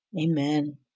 Amen